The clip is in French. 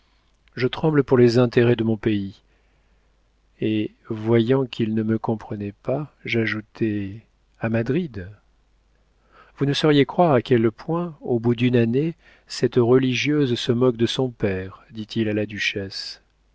je tremble pour les intérêts de mon pays et voyant qu'il ne me comprenait pas j'ajoutai à madrid vous ne sauriez croire à quel point au bout d'une année cette religieuse se moque de son père dit-il à la duchesse